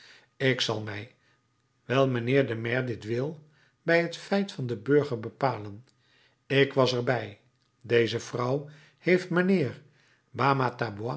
ik zal mij wijl mijnheer de maire dit wil bij het feit van den burger bepalen ik was er bij deze vrouw heeft mijnheer